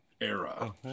era